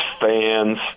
fans